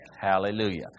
Hallelujah